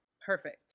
perfect